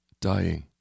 Dying